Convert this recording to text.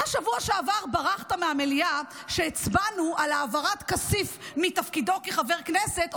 בשבוע שעבר ברחת מהמליאה כשהצבענו על העברת כסיף מתפקידו כחבר כנסת,